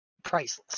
priceless